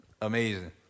Amazing